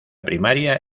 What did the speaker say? primaria